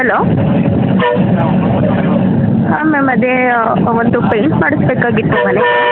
hello ಹಾಂ ma'am ಅದೇ ಒಂದು ಪೇಂಟ್ ಮಾಡಿಸ್ಬೇಕಾಗಿತ್ತು ಮನೆಗೆ